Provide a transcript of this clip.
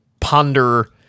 ponder